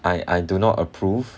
I I do not approve